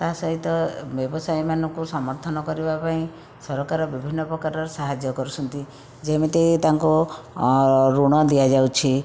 ତା ସହିତ ବ୍ୟବସାୟୀମାନଙ୍କୁ ସମର୍ଥନ କରିବା ପାଇଁ ସରକାର ବିଭିନ୍ନ ପ୍ରକାରର ସାହାଯ୍ୟ କରୁଛନ୍ତି ଯେମିତି ତାଙ୍କୁ ଋଣ ଦିଆଯାଉଛି